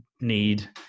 need